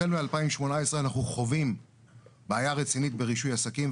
החל מ-2018 אנחנו חווים בעיה רצינית ברישוי עסקים.